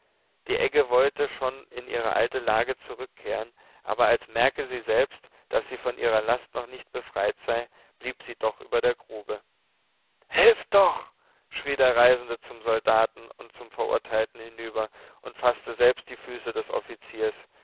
die egge wollte schon in ihre alte lage zurückkehren aber als merke sie selbst daß sie von ihrer last noch nicht befreit sei blieb sie doch über der grube helft doch schrie der reisende zum soldaten und zum verurteilten hinüber und faßte selbst die füße des offiziers